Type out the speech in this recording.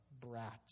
brat